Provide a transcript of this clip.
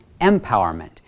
empowerment